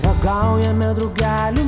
ragaujame drugelių